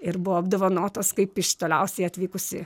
ir buvo apdovanotos kaip iš toliausiai atvykusi